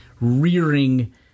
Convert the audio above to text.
rearing